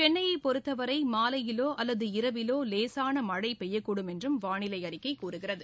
சென்னைய பொறுத்தவரை மாலையிலோ அல்லது இரவிலோ லேசான மழை பெய்யக்கூடும் என்றும் வானிலை அறிக்கை கூறுகிறது